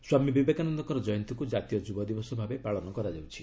ସ୍ୱାମୀ ବିବେକାନନ୍ଦଙ୍କର ଜୟନ୍ତୀକୁ ଜାତୀୟ ଯୁବ ଦିବସ ଭାବେ ପାଳନ କରାଯାଉଛି